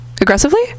aggressively